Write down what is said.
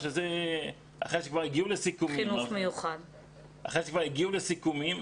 אחרי שכבר הגיעו לסיכומים,